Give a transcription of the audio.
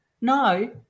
No